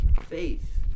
faith